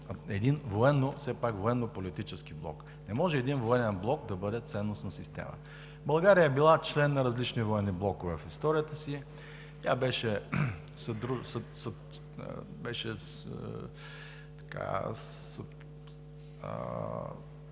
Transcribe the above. пак военно-политически блок. Не може един военен блок да бъде ценностна система. България е била член на различни военни блокове в историята си. Тя беше